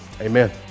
Amen